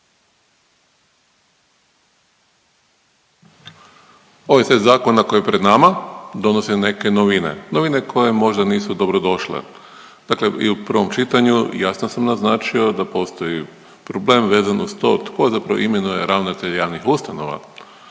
Ovaj sad zakon koji je pred nama donosi neke novine, novine koje možda nisu dobrodošle. Dakle i u prvom čitanju jasno sam naznačio da postoji problem vezano uz to tko zapravo imenuje ravnatelje javnih ustanova.